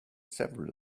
several